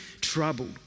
troubled